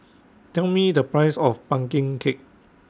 Tell Me The Price of Pumpkin Cake